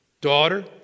daughter